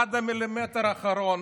עד המילימטר האחרון,